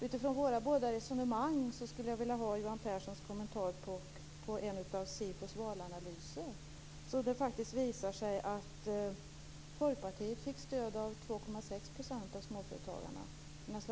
Utifrån våra båda resonemang skulle jag vilja höra Johan Pehrsons kommentar om en av SIFO:s valanalyser. Den visade faktiskt att Folkpartiet fick stöd av